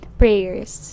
prayers